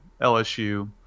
LSU